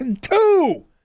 Two